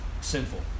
sinful